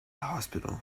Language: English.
hospital